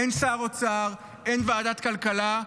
אין שר אוצר, אין ועדת כלכלה,